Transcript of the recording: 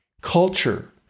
culture